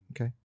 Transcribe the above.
Okay